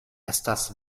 estas